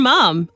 Mom